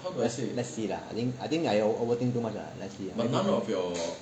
let's see lah I think I think I overthink too much lah let's see lah